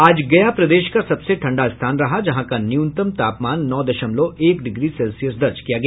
आज गया प्रदेश का सबसे ठंडा स्थान रहा जहां का न्यूनतम तापमान नौ दशमलव एक डिग्री सेल्सियस दर्ज किया गया